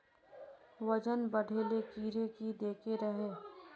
वजन बढे ले कीड़े की देके रहे?